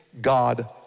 God